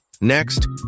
Next